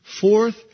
Fourth